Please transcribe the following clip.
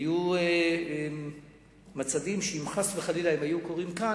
היו מצבים שאם חס וחלילה הם היו קורים כאן,